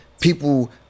people